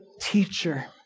teacher